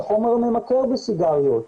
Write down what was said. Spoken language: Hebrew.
החומר הממכר בסיגריות.